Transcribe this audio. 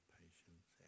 patience